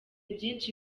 byinshi